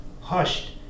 Hushed